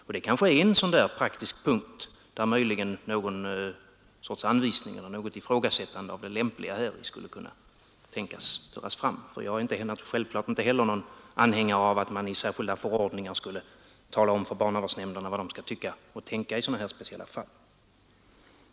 Detta kanske är en punkt där i praktiken något slags anvisningar skulle kunna tänkas vara lämpliga. Jag är självklart inte heller någon anhängare av att man i särskilda förordningar skulle tala om för barnavårdsnämnder vad de skall tycka och tänka i sådana här speciella fall.